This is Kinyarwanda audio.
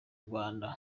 rwanda